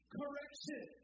correction